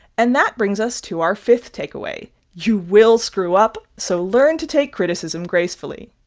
and that brings us to our fifth takeaway you will screw up, so learn to take criticism gracefully.